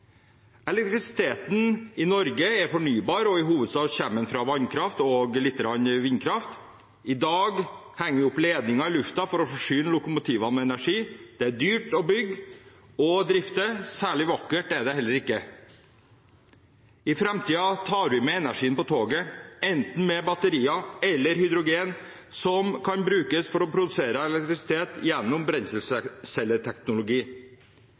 Elektrisiteten i Norge er fornybar, og i hovedsak kommer den fra vannkraft – og lite grann vindkraft. I dag henger vi opp ledninger i lufta for å forsyne lokomotivene med energi. Det er dyrt å bygge og å drifte, og særlig vakkert er det heller ikke. I framtiden tar vi med energien på toget, enten med batterier eller hydrogen som kan brukes til å produsere elektrisitet gjennom brenselcelleteknologi.